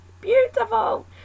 Beautiful